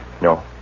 No